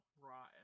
raw